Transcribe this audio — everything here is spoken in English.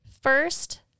First